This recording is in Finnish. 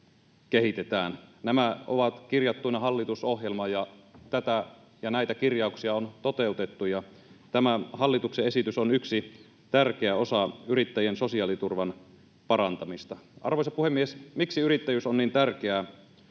Nämä ovat kirjattuina hallitusohjelmaan ja tätä ja näitä kirjauksia on toteutettu, ja tämä hallituksen esitys on yksi tärkeä osa yrittäjien sosiaaliturvan parantamista. Arvoisa puhemies! Miksi yrittäjyys on niin tärkeää?